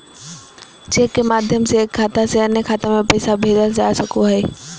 cheque के माध्यम से एक खाता से अन्य खाता में पैसा भेजल जा सको हय